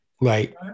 Right